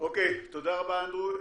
תודה רבה, אנדרו.